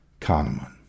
Kahneman